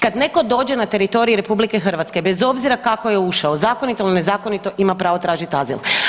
Kad netko dođe na teritorij RH bez obzira kako je ušao zakonito ili nezakonito ima pravo tražiti azil.